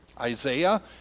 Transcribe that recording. Isaiah